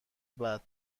بعد